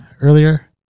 earlier